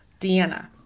Deanna